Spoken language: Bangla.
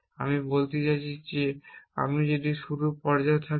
আমি বলতে চাইছি যে আমি যদি শুরুর পর্যায়ে থাকি